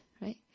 right